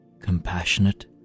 compassionate